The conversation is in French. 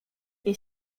est